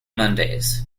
mondays